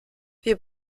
wir